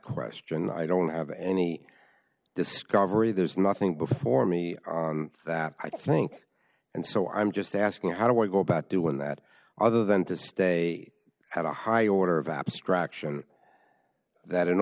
question i don't have any discovery there's nothing before me that i think and so i'm just asking how do i go about doing that other than to stay at a high order of obstruction that in